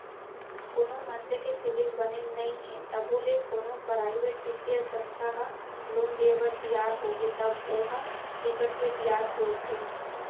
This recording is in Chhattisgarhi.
कोनो मनसे के सिविल बने नइ हे तभो ले कोनो पराइवेट बित्तीय संस्था ह लोन देय बर तियार होगे तब ओ ह बिकट के बियाज जोड़थे